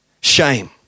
shame